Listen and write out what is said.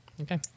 Okay